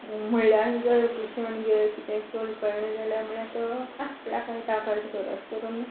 म्हणल्यार जर टुशन घे कितें कर कळ्ळें जाल्यार म्हळ्यार तो एह आपल्या कळटा कळटा अशें करून